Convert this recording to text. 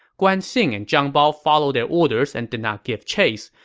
guan xing and zhang bao followed their orders and did not give chase,